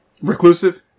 reclusive